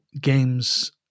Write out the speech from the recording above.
games